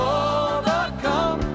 overcome